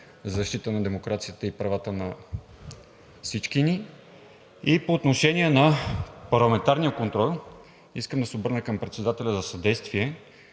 защита на демокрацията и правата на всички ни. По отношение на парламентарния контрол искам да се обърна към председателя за съдействие,